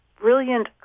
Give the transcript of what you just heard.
brilliant